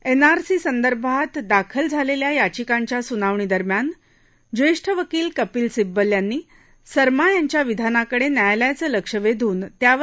एनआरसीसंदर्भात दाखल झालेल्या याचिकांच्या सुनावणी दरम्यान ज्येष्ठ वकील कपिल सिब्बल यांनी सरमा यांच्या विधानाकडे न्यायालयाचं लक्षं वेधून त्यावर आक्षेप घेतला होता